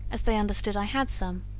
as they understood i had some,